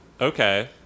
Okay